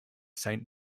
saint